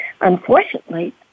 unfortunately